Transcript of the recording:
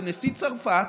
ונשיא צרפת